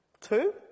Two